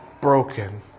broken